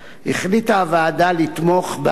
החליטה הוועדה לתמוך בהצעה,